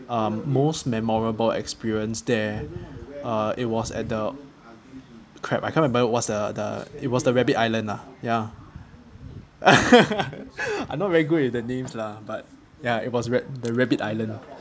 um most memorable experience there uh it was at the crap I can't remember what's the the it was the rabbit island lah ya I'm not very good with the names lah but ya it was rab~ the rabbit island